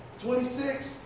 26